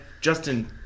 Justin